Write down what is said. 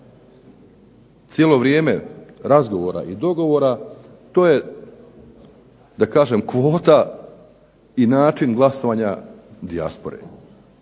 cijelo vrijeme razgovora i dogovora to je da kažem kvota i način glasovanja dijaspore,